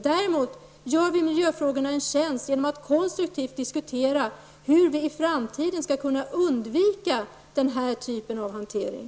Däremot gör vi miljöfrågorna en tjänst genom att konstruktivt diskutera hur vi i framtiden skall kunna undvika den här typen av hantering.